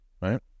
right